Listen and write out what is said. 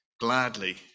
gladly